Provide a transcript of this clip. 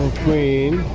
queen